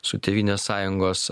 su tėvynės sąjungos